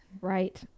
Right